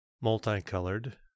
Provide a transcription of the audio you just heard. Multicolored